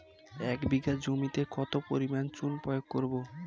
এক বিঘা জমিতে কত পরিমাণ চুন প্রয়োগ করব?